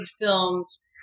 films